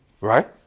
right